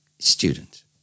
Student